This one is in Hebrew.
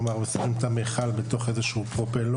כלומר, שמים את המיכל בתוך איזה שהוא פרופלור.